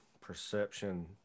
perception